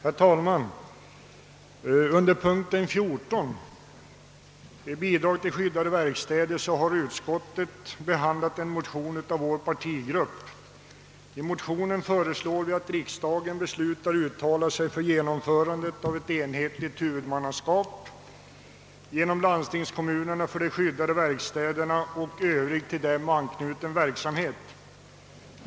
Herr talman! Under punkt 14, bidrag till driften av verkstäder för handikappade, har utskottet bl.a. behandlat en motion av vår partigrupp. Vi föreslår i motionen, att riksdagen skall uttala sig för genomförande av ett enhetligt huvudmannaskap genom landstingskommunerna för de skyddade verkstäderna och övrig till dem anknuten verksamhet.